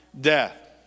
death